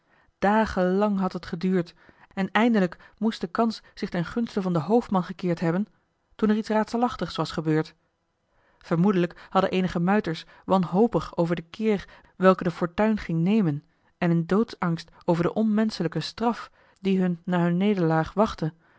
lang had het geduurd en eindelijk moest de kans zich ten gunste van den hoofdman gekeerd hebben toen er iets raadselachtigs was gebeurd joh h been paddeltje de scheepsjongen van michiel de ruijter vermoedelijk hadden eenige muiters wanhopig over den keer welken de fortuin ging nemen en in doodsangst over de onmenschelijke straf die hun na hun nederlaag wachtte